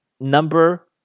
number